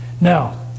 now